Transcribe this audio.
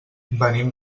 venim